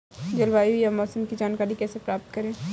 जलवायु या मौसम की जानकारी कैसे प्राप्त करें?